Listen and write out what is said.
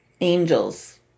angels